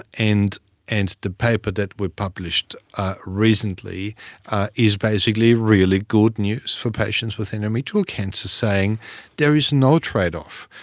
and and the paper that we published recently is basically really good news for patients with endometrial cancer, saying there is no trade-off.